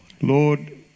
Lord